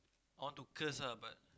I want to curse ah but